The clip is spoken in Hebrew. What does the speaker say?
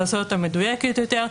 לעשות אותה מדויקת יותר,